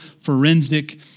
forensic